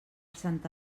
santa